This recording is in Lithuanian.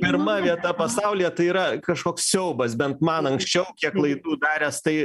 pirma vieta pasaulyje tai yra kažkoks siaubas bent man anksčiau kiek klaidų daręs tai